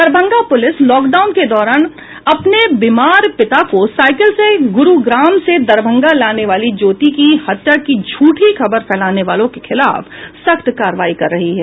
Darbhanga police lockdown के दौरान अपने बीमार पिता को साईकिल से गुरूग्राम से दरभंगा लाने वाली ज्योति की हत्या की झूठी खबर फैलाने वालों के खिलाफ सख्त कार्रवाई कर रही है